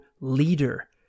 leader